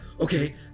okay